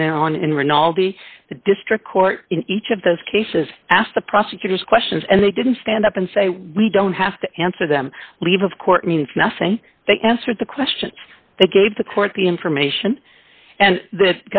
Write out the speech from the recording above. rinaldi the district court in each of those cases asked the prosecutors questions and they didn't stand up and say we don't have to answer them leave of court means nothing they answered the questions they gave the court the information and the